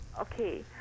Okay